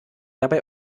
dabei